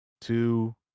two